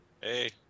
Hey